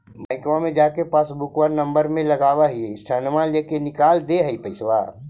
बैंकवा मे जा के पासबुकवा नम्बर मे लगवहिऐ सैनवा लेके निकाल दे है पैसवा?